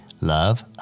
love